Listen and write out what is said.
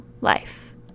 life